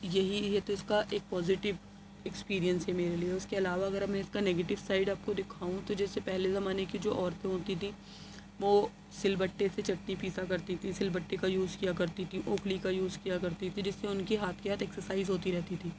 یہی ہے تو اِس کا ایک پوزیٹیو اکسپیرینس ہے میرے لیے اُس کے علاوہ اگر اب میں اِس کا نیگیٹو سائڈ آپ کو دکھاؤں تو جیسے پہلے زمانے کی جو عورتوں ہوتی تھیں وہ سل بٹے سے چٹنی پیسا کرتی تھی سل بٹے کا یوز کیا کرتی تھی اوکھلی کا یوز کیا کرتی تھی جس سے اُن کے ہاتھ کے ہاتھ ایکساسائز ہوتی رہتی تھی